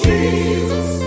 Jesus